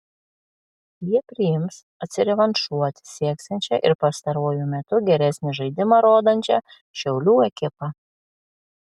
jie priims atsirevanšuoti sieksiančią ir pastaruoju metu geresnį žaidimą rodančią šiaulių ekipą